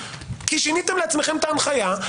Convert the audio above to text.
כי שיניתם לעצמכם את ההנחיה,